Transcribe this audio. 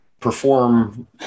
perform